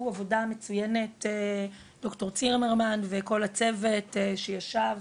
עבודה מצוינת ד"ר צימרמן וכל הצוות שישב,